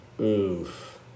Oof